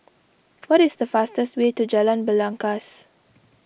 what is the fastest way to Jalan Belangkas